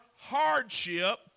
hardship